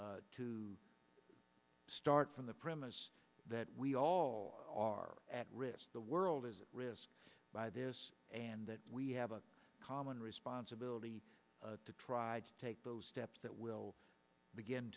capability to start from the premise that we all are at risk the world is a risk by this and that we have a common responsibility to try to take those steps that will begin